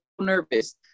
nervous